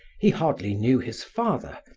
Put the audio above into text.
he hardly knew his father,